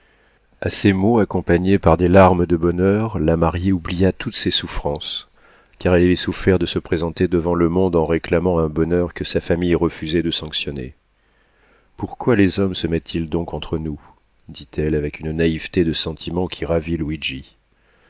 a ces mots accompagnés par des larmes de bonheur la mariée oublia toutes ses souffrances car elle avait souffert de se présenter devant le monde en réclamant un bonheur que sa famille refusait de sanctionner pourquoi les hommes se mettent ils donc entre nous dit-elle avec une naïveté de sentiment qui